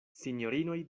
sinjorinoj